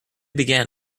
began